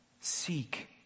Seek